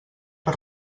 per